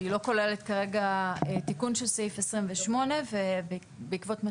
היא לא כוללת כרגע תיקון של סעיף 28. ובעקבות מה